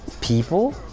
people